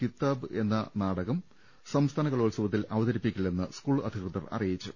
കിത്താബ് എന്ന നാടകം സംസ്ഥാന കലോത്സവത്തിൽ അവതരിപ്പിക്കി ല്ലെന്ന് സ്കൂൾ അധികൃതർ അറിയിച്ചു